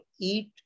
eat